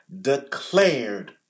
declared